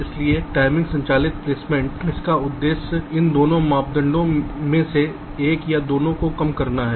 इसलिए टाइमिंग संचालित प्लेसमेंट इसका उद्देश्य इन दोनों मापदंडों में से एक या दोनों को कम करना है